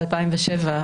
ב-2007,